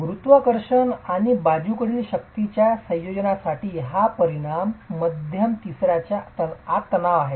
गुरुत्वाकर्षण आणि बाजूकडील शक्तींच्या संयोजनासाठी हा परिणाम मध्यम तिसर्याच्या आत आणत आहे